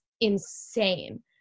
insane